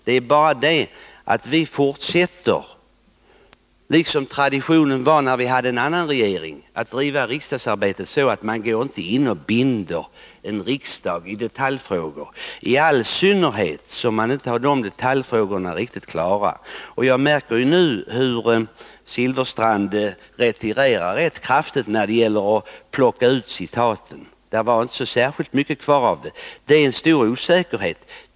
Det är bara det att vi fortsätter — som traditionen var när vi hade en annan regering — att bedriva riksdagsarbetet så, att man inte går in och binder i detaljfrågor, i all synnerhet som detaljfrågorna inte är riktigt klara. Jag märker nu att Bengt Silfverstrand retirerar rätt kraftigt när det gäller att plocka ut citaten. Det var inte så särskilt mycket kvar av dem. Det är en stor osäkerhet.